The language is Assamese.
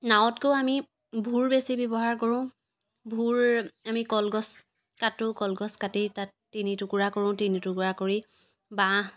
নাৱতকেও আমি ভূৰ বেছি ব্যৱহাৰ কৰোঁ ভূৰ আমি কলগছ কাটোঁ কলগছ কাটি তাক তিনি টুকুৰা কৰোঁ তিনি টুকুৰা কৰি বাঁহ